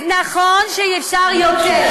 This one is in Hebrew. אז נכון שאפשר יותר,